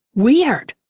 weird.